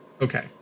Okay